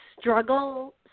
struggle